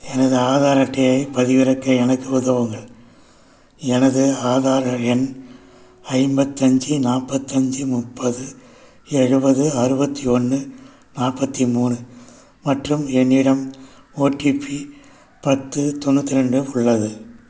எனது ஆதார் அட்டையைப் பதிவிறக்க எனக்கு உதவுங்கள் எனது ஆதார் எண் ஐம்பத்தஞ்சி நாற்பத்தஞ்சி முப்பது எழுபது அறுபத்தி ஒன்று நாற்பத்தி மூணு மற்றும் என்னிடம் ஓடிபி பத்து தொண்ணூற்றி ரெண்டு உள்ளது